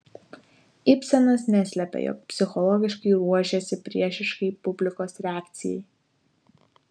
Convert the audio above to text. ibsenas neslepia jog psichologiškai ruošėsi priešiškai publikos reakcijai